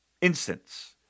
instance